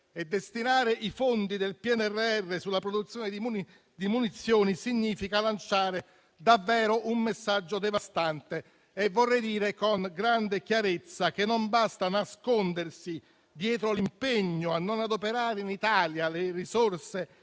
destinare i fondi del PNRR alla produzione di munizioni significa lanciare davvero un messaggio devastante. Vorrei dire con grande chiarezza che non basta nascondersi dietro l'impegno a non adoperare in Italia le risorse del